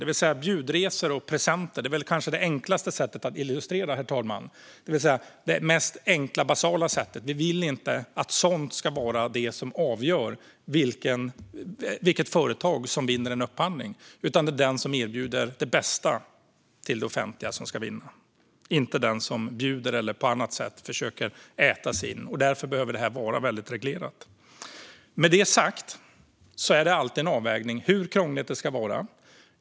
Vi vill inte att bjudresor och presenter, som kanske utgör det enklaste och basala sättet att illustrera detta på, herr talman, ska vara vad som avgör vilket företag som vinner en upphandling. Det ska vara det företag som erbjuder det bästa till det offentliga som vinner, inte den som bjuder på något eller på annat sätt försöker äta sig in. Därför behöver det här vara väldigt reglerat. Med det sagt är det alltid en avvägning hur krångligt det ska vara.